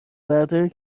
برداری